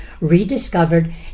rediscovered